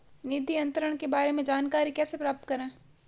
निधि अंतरण के बारे में जानकारी कैसे प्राप्त करें?